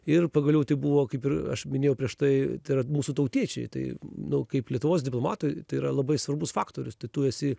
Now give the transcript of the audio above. ir pagaliau tai buvo kaip ir aš minėjau prieš tai tai yra mūsų tautiečiai tai nu kaip lietuvos diplomatui tai yra labai svarbus faktorius tai tu esi